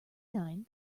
nine